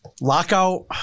Lockout